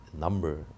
number